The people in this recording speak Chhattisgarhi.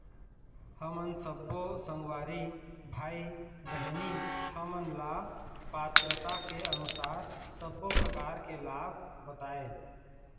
हमन सब्बो संगवारी भाई बहिनी हमन ला पात्रता के अनुसार सब्बो प्रकार के लाभ बताए?